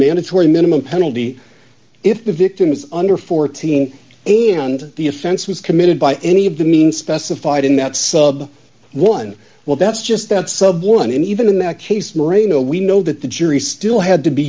mandatory minimum penalty if the victim is under fourteen and the offense was committed by any of the means specified in that sub one well that's just that sub one and even in that case moreno we know that the jury still had to be